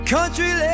Country